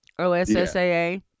OSSAA